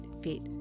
fit